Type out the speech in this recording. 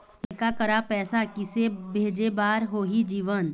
लइका करा पैसा किसे भेजे बार होही जीवन